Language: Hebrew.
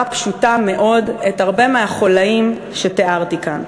פשוטה מאוד הרבה מהחוליים שתיארתי כאן.